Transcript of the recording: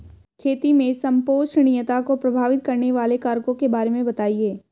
खेती में संपोषणीयता को प्रभावित करने वाले कारकों के बारे में बताइये